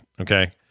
okay